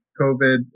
COVID